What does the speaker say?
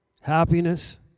happiness